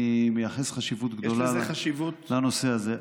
אני מייחס חשיבות גדולה לנושא הזה.